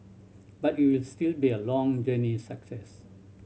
but it will still be a long journey success